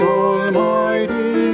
almighty